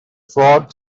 frog